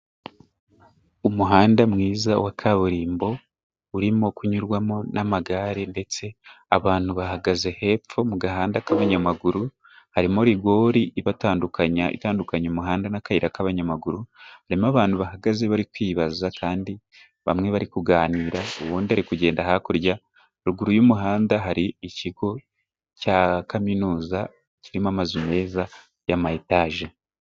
Umuhanda mwiza wa kaburimbo urimo kunyurwamo n'amagare, ndetse abantu bahagaze hepfo mu gahanda k'abanyamaguru. Harimo rigori ibatandukanya, itandukanya umuhanda n'akayira k'abanyamaguru. Harimo abantu bahagaze bari kwibaza kandi bamwe bari kuganira, uwundi ari kugenda hakurya ruguru y'umuhanda, hari ikigo cya kaminuza kirimo amazu meza y'ama etage.